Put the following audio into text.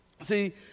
See